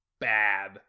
bad